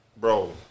bro